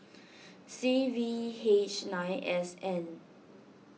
C V H nine S N